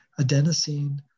adenosine